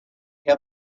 have